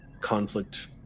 conflict